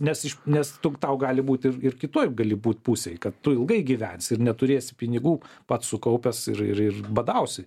nes iš nes tu tau gali būti ir ir kitoj gali būti pusėj kad tu ilgai gyvensi ir neturėsi pinigų pats sukaupęs ir ir badausi